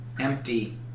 empty